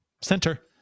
center